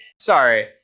Sorry